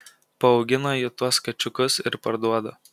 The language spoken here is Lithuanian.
paaugina ji tuos kačiukus ir parduoda